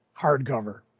hardcover